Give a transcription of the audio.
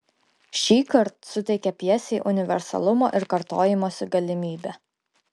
šįkart suteikia pjesei universalumo ir kartojimosi galimybę